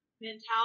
mentality